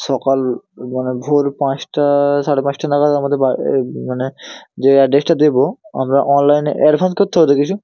সকাল মানে ভোর পাঁচটা সাড়ে পাঁচটা নাগাদ আমাদের বা মানে যে অ্যাড্রেসটা দেব আমরা অনলাইনে অ্যাডভান্স করতে হবে তো কিছু